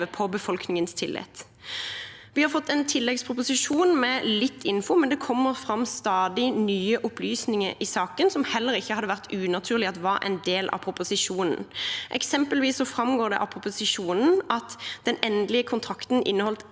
på befolkningens tillit. Vi har fått en tilleggsproposisjon med litt info, men det kommer stadig fram nye opplysninger i saken som det heller ikke hadde vært unaturlig at var en del av proposisjonen. Eksempelvis framgår det av proposisjonen at den endelige kontrakten inneholdt